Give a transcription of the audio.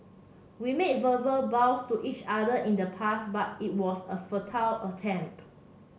we made verbal vows to each other in the past but it was a futile attempt